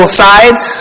sides